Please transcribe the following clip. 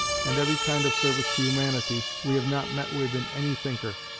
and every kind of service to humanity, we have not met with in any thinker.